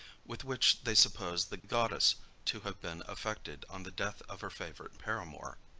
with which they supposed the goddess to have been affected on the death of her favorite paramour.